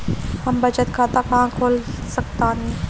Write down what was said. हम बचत खाता कहां खोल सकतानी?